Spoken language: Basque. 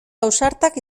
ausartak